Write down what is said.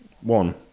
one